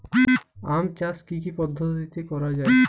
আম চাষ কি কি পদ্ধতিতে করা হয়?